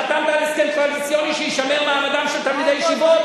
חתמת על הסכם קואליציוני שיישמר מעמדם של תלמידי הישיבות?